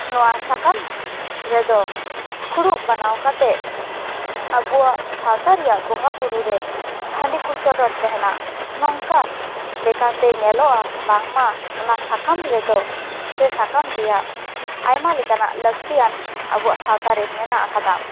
ᱱᱚᱣᱟ ᱥᱟᱠᱟᱢ ᱨᱮᱫᱚ ᱯᱷᱩᱲᱩᱜ ᱵᱮᱱᱟᱣ ᱠᱟᱛᱮ ᱟᱵᱚᱣᱟᱜ ᱥᱟᱶᱛᱟ ᱨᱮᱭᱟᱜ ᱵᱚᱸᱜᱟ ᱵᱳᱨᱳ ᱨᱮ ᱦᱟᱺᱰᱤ ᱠᱚ ᱪᱚᱰᱚᱨ ᱛᱟᱦᱮᱱᱟ ᱱᱚᱝᱠᱟᱱ ᱞᱮᱠᱟᱛᱮ ᱧᱮᱞᱚᱜᱼᱟ ᱱᱟᱝᱢᱟ ᱚᱱᱟ ᱥᱟᱠᱟᱢ ᱨᱮᱫᱚ ᱥᱮ ᱥᱟᱠᱟᱢ ᱨᱮᱭᱟᱜ ᱟᱭᱢᱟ ᱞᱮᱠᱟᱱᱟᱜ ᱞᱟᱹᱠᱛᱤᱭᱟᱱ ᱟᱵᱚᱣᱟᱜ ᱥᱟᱶᱛᱟ ᱨᱮ ᱢᱮᱱᱟᱜ ᱟᱠᱟᱫᱟ